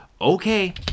okay